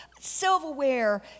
silverware